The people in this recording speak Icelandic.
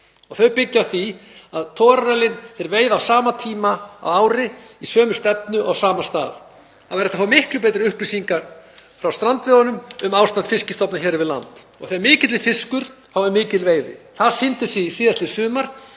byggja á því að þeir veiða á sama tíma að ári, í sömu stefnu og á sama stað. Það væri hægt að fá miklu betri upplýsingar frá strandveiðunum um ástand fiskstofna hér við land. Og þegar mikill er fiskur þá er mikil veiði. Það sýndi sig síðastliðið sumar